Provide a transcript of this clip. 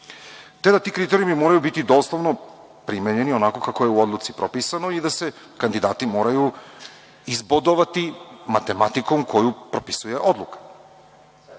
te da ti kriterijumi moraju biti doslovno primenjeni onako kako je odluci propisano i da se kandidati moraju izbodovati matematikom koju propisuje